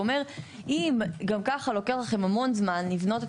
הוא אומר אם גם ככה לוקח לכם המון זמן לבנות את